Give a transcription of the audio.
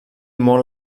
molt